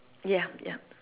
ya ya